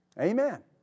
Amen